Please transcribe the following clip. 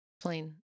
Plain